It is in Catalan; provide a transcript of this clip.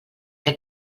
que